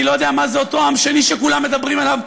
אני לא יודע מה זה אותו עם שני שכולם מדברים עליו,